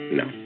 no